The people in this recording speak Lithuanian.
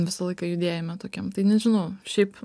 visą laiką judėjime tokiam tai nežinau šiaip